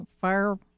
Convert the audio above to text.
fire